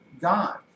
God